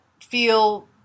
feel